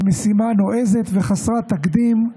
למשימה נועזת וחסרת תקדים: